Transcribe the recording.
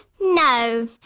No